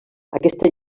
aquesta